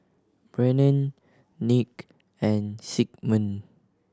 Brennen Nick and Sigmund